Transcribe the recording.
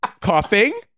Coughing